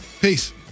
Peace